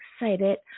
excited